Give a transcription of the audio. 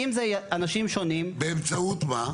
באמצעות מה?